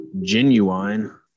Genuine